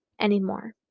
anymore